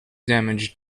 damaged